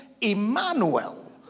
Emmanuel